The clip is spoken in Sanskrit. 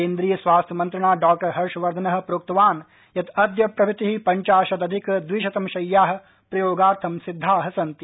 केन्द्रीय स्वास्थ्य मन्त्री डॉ हर्षवर्धनः प्रोक्तंवान् यत् अद्य प्रभृतिः पञ्चाशदधिक द्विशतं शय्याः प्रयोगार्थं सिध्दाः सन्ति